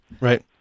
Right